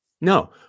No